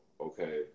okay